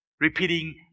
repeating